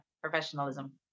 professionalism